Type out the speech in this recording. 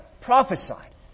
prophesied